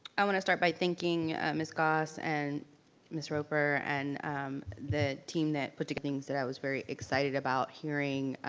i want to start by thanking ms. goss and ms. roper, and the team that put things that i was very excited about hearing